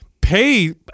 pay